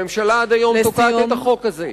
עד היום הממשלה תוקעת את החוק הזה.